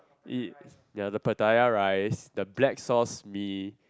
it ya the pattaya rice the black sauce mee